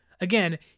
Again